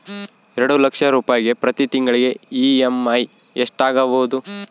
ಎರಡು ಲಕ್ಷ ರೂಪಾಯಿಗೆ ಪ್ರತಿ ತಿಂಗಳಿಗೆ ಇ.ಎಮ್.ಐ ಎಷ್ಟಾಗಬಹುದು?